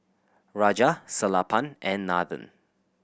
Raja Sellapan and Nathan